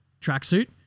tracksuit